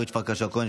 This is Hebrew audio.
אורית פרקש הכהן,